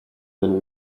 then